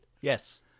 Yes